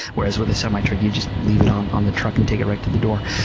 whereas with a semi-truck, you just leave it on on the truck and take it right to the door.